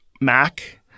Mac